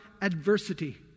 adversity